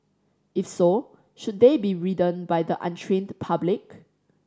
if so should they be ridden by the untrained public